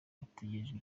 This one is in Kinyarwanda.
bategerejwe